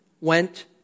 went